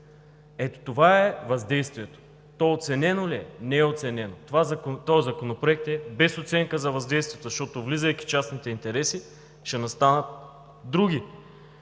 Ето, това е въздействието. То оценено ли е? Не е оценено. Този законопроект е без оценка за въздействието, защото, влизайки в частните интереси, ще настанат други